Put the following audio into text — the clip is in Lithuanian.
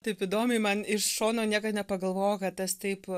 taip įdomiai man iš šono niekad nepagalvojau kad tas taip